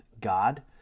God